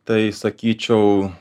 tai sakyčiau